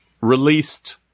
released